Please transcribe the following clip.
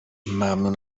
ممنون